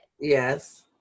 Yes